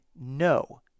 no